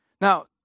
Now